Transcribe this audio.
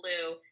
blue